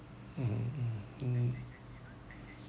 mmhmm mm mm